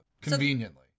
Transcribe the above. conveniently